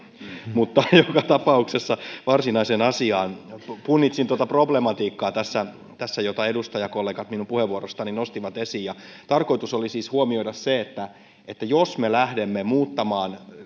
mutta joka tapauksessa varsinaiseen asiaan punnitsin tuota problematiikkaa tässä tässä jota edustajakollegat minun puheenvuorostani nostivat esiin tarkoitus oli siis huomioida se että että jos me lähdemme muuttamaan